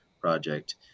project